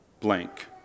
blank